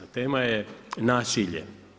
Tema je nasilje.